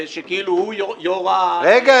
שכאילו הוא יו"ר --- רגע,